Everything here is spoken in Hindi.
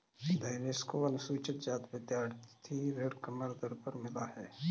देवेश को अनुसूचित जाति विद्यार्थी ऋण कम दर पर मिला है